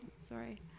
sorry